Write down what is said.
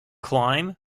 climb